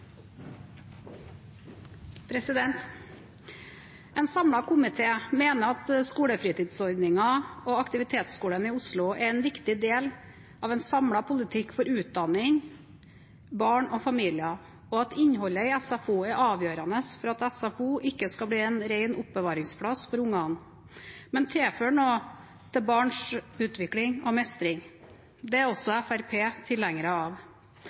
en viktig del av en samlet politikk for utdanning, barn og familier, og at innholdet i SFO er avgjørende for at SFO ikke skal bli en ren oppbevaringsplass for ungene, men tilføre noe til barnas utvikling og mestring. Det er også Fremskrittspartiet tilhenger av.